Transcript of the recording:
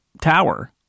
tower